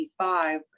1985